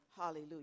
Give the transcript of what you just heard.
Hallelujah